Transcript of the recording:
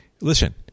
Listen